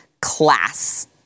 class